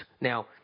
Now